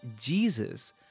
Jesus